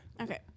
Okay